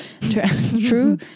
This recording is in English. true